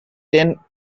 ten